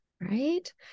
Right